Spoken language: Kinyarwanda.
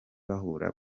bahura